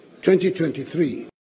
2023